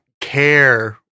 care